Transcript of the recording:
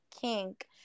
kink